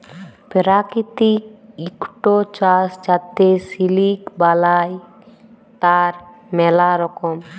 পেরাকিতিক ইকট চাস যাতে সিলিক বালাই, তার ম্যালা রকম